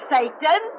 Satan